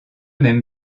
même